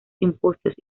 simposios